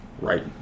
right